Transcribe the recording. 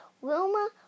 Wilma